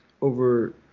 over –